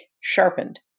sharpened